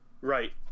right